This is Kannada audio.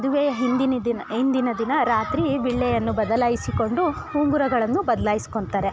ಮದುವೆ ಹಿಂದಿನ ದಿನ ಹಿಂದಿನ ದಿನ ರಾತ್ರಿ ವಿಳ್ಯವನ್ನು ಬದಲಾಯಿಸಿಕೊಂಡು ಉಂಗುರಗಳನ್ನು ಬದಲಾಯಿಸ್ಕೊತಾರೆ